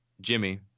Jimmy